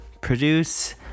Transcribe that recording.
produce